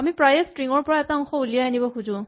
আমি প্ৰায়ে ষ্ট্ৰিং ৰ পৰা এটা অংশ উলিয়াই আনিব খোজো